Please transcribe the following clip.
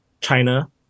China